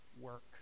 work